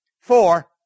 Four